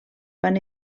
van